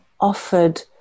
offered